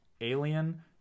Alien